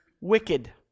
wicked